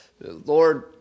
Lord